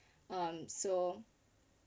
um so